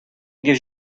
gives